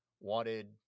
wanted